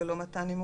ללא מתן נימוקים",